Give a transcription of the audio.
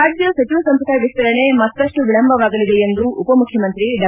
ರಾಜ್ಯ ಸಚಿವ ಸಂಪುಟ ವಿಸ್ತರಣೆ ಮತ್ತಷ್ಟು ವಿಳಂಬವಾಗಲಿದೆ ಎಂದು ಉಪಮುಖ್ಯಮಂತ್ರಿ ಡಾ